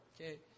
Okay